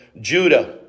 Judah